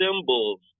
symbols